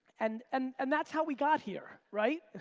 and and and that's how we got here, right?